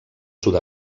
sud